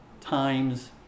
times